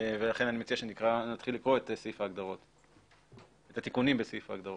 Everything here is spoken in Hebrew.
ולכן אני מציע שנתחיל לקרוא את התיקונים בסעיף ההגדרות.